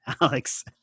Alex